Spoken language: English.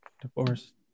divorce